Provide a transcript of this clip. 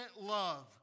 love